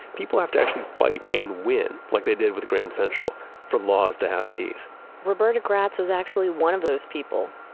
people have to actually fight and win like they did with grand central for laws to have teeth roberta gratz was actually one of those people.